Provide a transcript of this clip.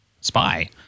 spy